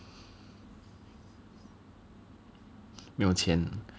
没有钱